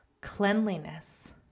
cleanliness